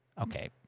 Okay